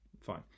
fine